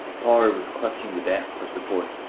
power was clutching the desk for support,